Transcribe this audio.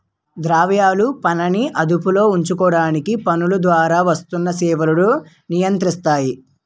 ద్రవ్యాలు పనాన్ని అదుపులో ఉంచడానికి పన్నుల ద్వారా వస్తు సేవలను నియంత్రిస్తాయి